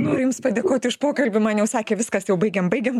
noriu jums padėkoti už pokalbį man jau sakė viskas jau baigiam baigiam